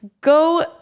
Go